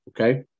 okay